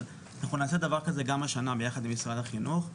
אבל אנחנו נעשה דבר כזה גם השנה ביחד עם משרד החינוך.